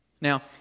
now